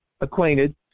acquainted